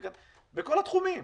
בכל התחומים.